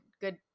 good